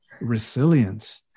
resilience